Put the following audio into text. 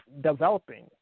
developing